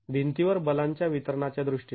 भिंतीवर बलांच्या वितरणाच्या दृष्टीने